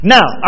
Now